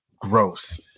gross